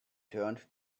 turned